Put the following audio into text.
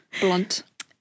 blunt